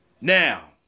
Now